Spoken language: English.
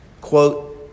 quote